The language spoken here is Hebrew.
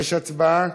יש הצבעה.